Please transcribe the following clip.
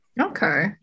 Okay